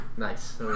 Nice